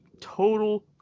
total